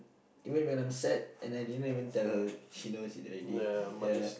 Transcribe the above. even when I'm sad and I didn't even tell her she knows it already ya